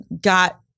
got